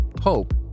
hope